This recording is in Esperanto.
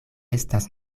estas